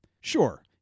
Sure